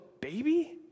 baby